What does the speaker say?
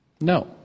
No